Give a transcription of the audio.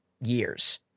years